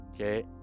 Okay